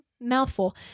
mouthful